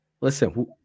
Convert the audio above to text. Listen